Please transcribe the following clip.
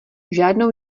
žádnou